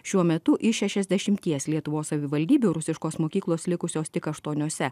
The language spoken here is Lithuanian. šiuo metu iš šešiasdešimties lietuvos savivaldybių rusiškos mokyklos likusios tik aštuoniose